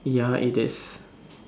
ya it is